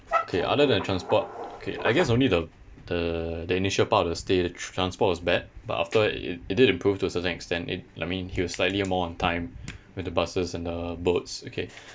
okay other than transport okay I guess only the the the initial part of the stay the transport was bad but after it it did improve to a certain extent it I mean he was slightly more on time with the buses and the boats okay